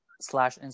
slash